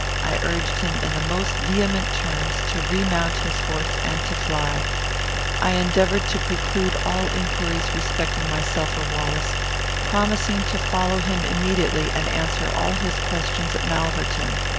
i urged him in the most vehement terms to remount his horse and to fly i endeavoured to preclude all inquiries respecting myself or wallace promising to follow him immediately, and answer all his questions at malverton.